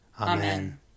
Amen